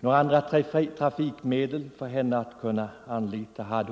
Några andra trafikmedel att anlita